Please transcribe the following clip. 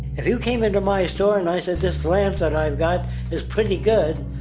if you came into my store and i said this lamp that i've got is pretty good,